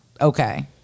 okay